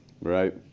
Right